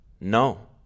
No